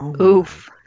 Oof